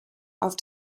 auf